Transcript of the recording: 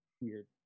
weird